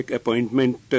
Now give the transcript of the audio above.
appointment